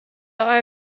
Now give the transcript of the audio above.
are